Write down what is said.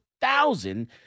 thousand